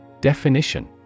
Definition